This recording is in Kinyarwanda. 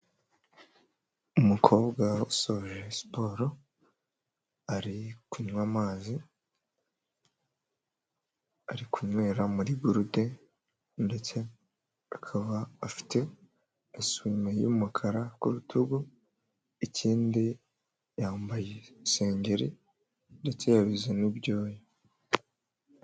Umukobwa usoje siporo ari kunywa amazi, ari kunywera muri gurude ndetse akaba afite isume y'umukara ku rutugu, ikindi yambaye isengeri ndetse yabize n'ibyuya.